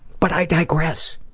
but i digress.